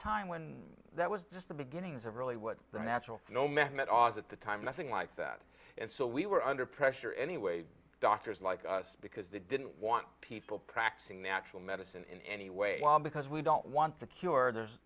time when that was just the beginnings of really what the natural you know mehmet oz at the time nothing like that and so we were under pressure anyway doctors like us because they didn't want people practicing natural medicine in any way because we don't want the cure there's